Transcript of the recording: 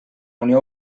unió